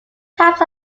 types